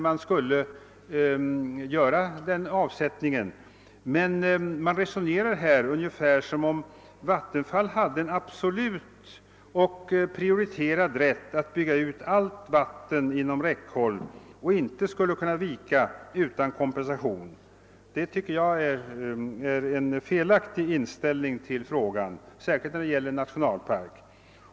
Man resonerar här ungefär som om Vattenfäll hade absolut och prioriterad rätt att bygga ut allt vatten inom räckhåll och inte skulle kunna ge efter på den rätten utan kompensation. Det tycker jag är en felaktig inställning till frågan, speciellt när det gäller en nationalpark.